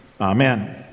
Amen